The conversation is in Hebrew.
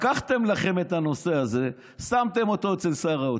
לקחתם לכם את הנושא הזה, שמתם אותו אצל שר האוצר,